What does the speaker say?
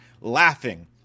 laughing